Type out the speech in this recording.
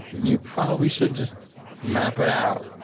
you probably should just map it out.